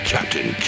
Captain